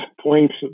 points